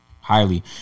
Highly